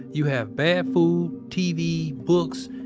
you have bad food, tv, books,